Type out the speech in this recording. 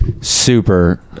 super